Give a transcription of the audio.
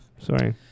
Sorry